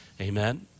Amen